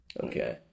Okay